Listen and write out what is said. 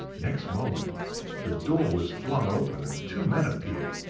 next moment the door was flung open and two men appeared,